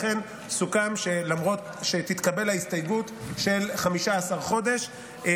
לכן סוכם שתתקבל ההסתייגות של 15 חודש,